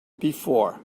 before